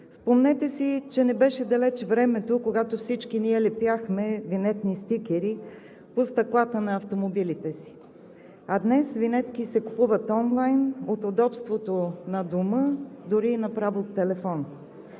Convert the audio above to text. Спомнете си, че не беше далече времето, когато всички ние лепяхме винетни стикери по стъклата на автомобилите си, а днес винетки се купуват онлайн и от удобството на дома, дори направо от телефон.